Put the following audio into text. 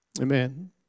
Amen